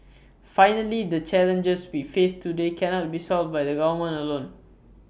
finally the challenges we face today cannot be solved by the government alone